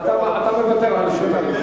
אתה מוותר על רשות הדיבור.